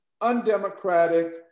undemocratic